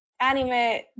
Anime